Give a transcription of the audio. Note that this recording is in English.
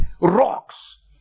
rocks